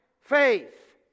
faith